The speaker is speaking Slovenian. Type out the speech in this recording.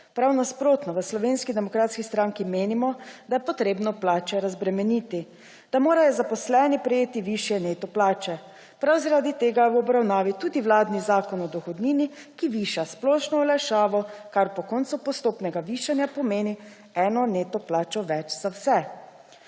Prav nasprotno, v Slovenski demokratski stranki menimo, da je potrebno plače razbremeniti, da morajo zaposleni prejeti višje neto plače. Prav zaradi tega je v obravnavi tudi vladni zakon o dohodnini, ki viša splošno olajšavo, kar po koncu postopnega višanja pomeni eno neto plačo več za vse.